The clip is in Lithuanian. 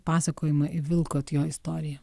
pasakojimą įvilkot jo istoriją